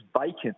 vacant